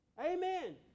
Amen